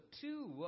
two